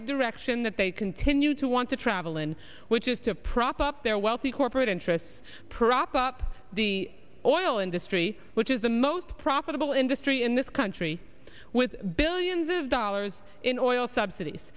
direction that they continue to want to travel in which is to prop up their wealthy corporate interests prop up the oil industry which is the most profitable industry in this country with billions of dollars in oil subsidies